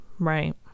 Right